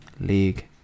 League